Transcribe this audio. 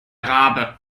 rabe